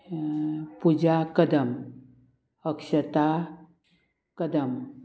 Puja Kadam Akshata Kadam